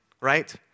right